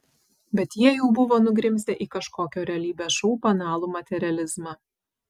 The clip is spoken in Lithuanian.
bet jie jau buvo nugrimzdę į kažkokio realybės šou banalų materializmą